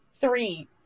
three